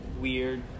weird